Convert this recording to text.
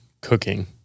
cooking